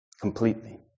completely